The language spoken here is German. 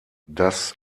das